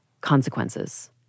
consequences